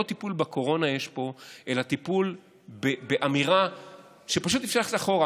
לא טיפול בקורונה יש פה אלא טיפול באמירה שפשוט אי-אפשר ללכת אחורה.